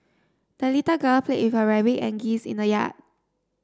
the little girl played with her rabbit and geese in the yard